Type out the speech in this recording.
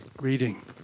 reading